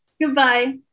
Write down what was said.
Goodbye